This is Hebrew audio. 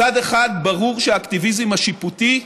מצד אחד, ברור שהאקטיביזם השיפוטי,